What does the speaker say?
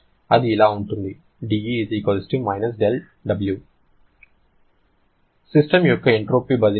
అది ఇలా ఉంటుంది dE − δW సిస్టమ్ యొక్క ఎంట్రోపీ బదిలీ ఎంత